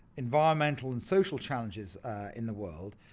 environmental and social challenges in the world,